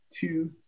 two